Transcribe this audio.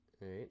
right